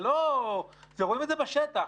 רואים את זה בשטח.